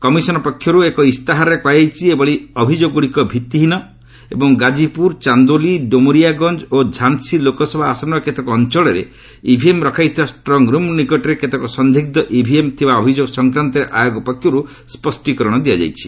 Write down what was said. commission ପକ୍ଷରୁ ଏକ ଇସ୍ତାହାରରେ କୁହାଯାଇଛି ଏଭଳି ଅଭିଯୋଗଗୁଡ଼ିକ ଭିତ୍ତିହୀନ ଏବଂ ଗାଜିପୁର ଚାନ୍ଦୋଲି ଡୋମରିଆଗଞ୍ଜ ଓ ଝାନ୍ସୀ ଲୋକସଭା ଆସନର କେତେକ ଅଞ୍ଚଳରେ ଇଭିଏମ୍ ରଖାଯାଇଥିବା ଷ୍ଟ୍ରଙ୍ଗରୁମ୍ ନିକଟରେ କେତେକ ସନ୍ଦିଗ୍ମ ଇଭିଏମ୍ ଥିବା ଅଭିଯୋଗ ସଂକ୍ରାନ୍ତରେ ଆୟୋଗ ପକ୍ଷରୁ ସ୍ୱଷ୍ଟୀକରଣ ଦିଆଯାଇଛି